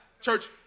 Church